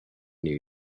new